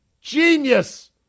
Genius